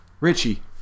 Richie